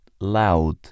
loud